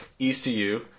ECU